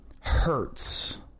hurts